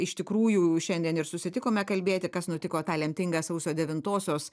iš tikrųjų šiandien ir susitikome kalbėti kas nutiko tą lemtingą sausio devintosios